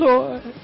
Lord